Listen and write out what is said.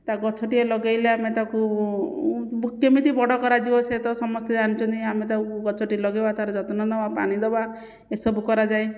ତା ଗଛଟିଏ ଲଗାଇଲେ ଆମେ ତାକୁ କେମିତି ବଡ଼ କରାଯିବ ସିଏ ତ ସମସ୍ତେ ଜାଣିଛନ୍ତି ଆମେ ତାକୁ ଗଛଟି ଲଗାଇବା ତାର ଯତ୍ନ ନେବା ପାଣି ଦେବା ଏସବୁ କରାଯାଏ